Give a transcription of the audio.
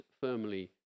firmly